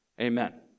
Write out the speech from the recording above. Amen